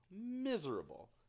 miserable